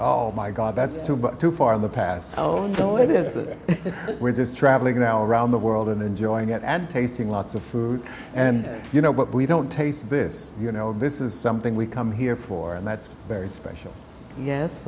oh my god that's too far in the past we're just travelling around the world and enjoying it and tasting lots of food and you know what we don't taste this you know this is something we come here for and that's very special yes